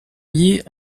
liée